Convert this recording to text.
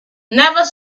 never